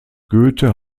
goethe